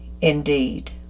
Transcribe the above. indeed